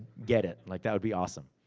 get it. like, that would be awesome.